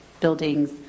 buildings